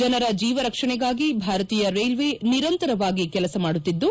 ಜನರ ಜೀವ ರಕ್ಷಣೆಗಾಗಿ ಭಾರತೀಯ ರೈಲ್ವೆ ನಿರಂತರವಾಗಿ ಕೆಲಸ ಮಾಡುತ್ತಿದ್ದು